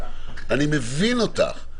אני מבין אותך.